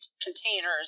containers